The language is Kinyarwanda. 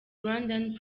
rwandan